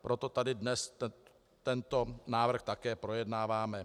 Proto tady dnes tento návrh také projednáváme.